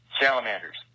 Salamanders